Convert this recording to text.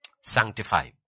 sanctify